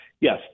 yes